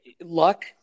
luck